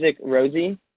Rosie